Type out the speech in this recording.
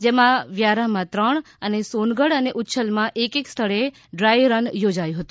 જેમાં વ્યારામાં ત્રણ અને સોનગઢ અને ઉચ્છલમાં એક એક સ્થળે ડ્રાય રન યોજાઇ છે